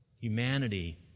Humanity